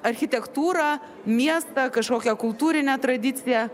architektūrą miestą kažkokią kultūrinę tradiciją